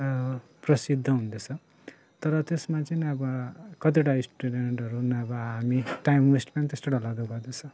प्रसिद्ध हुँदैछ तर त्यसमा चाहिँ अब कतिवटा स्टुडेन्टहरू नभए हामी टाइम डूगसा़ वेस्ट पनि त्यस्तो डरलाग्दो गर्दैछ